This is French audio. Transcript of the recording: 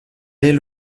est